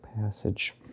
passage